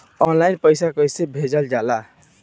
Online पैसा कैसे भेजल जाला?